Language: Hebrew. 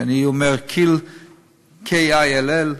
ואני אומר כי"ל, kill,